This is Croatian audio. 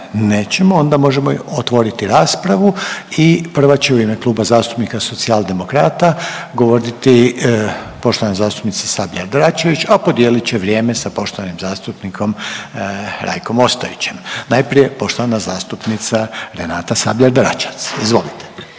Onda možemo otvoriti raspravu i prva će u ime Kluba zastupnica Socijaldemokrata govoriti poštovana zastupnica Sabljar-Dračevac a podijelit će vrijeme sa poštovanim zastupnikom Rajkom Ostojićem. Najprije poštovana zastupnica Renata Sabljar- Dračevac. Izvolite.